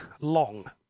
long